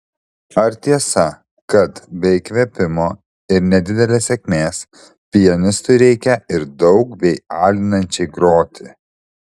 ar tiesa kad be įkvėpimo ir nedidelės sėkmės pianistui reikia ir daug bei alinančiai groti